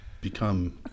become